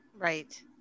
Right